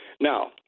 Now